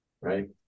right